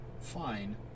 Fine